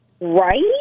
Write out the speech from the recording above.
Right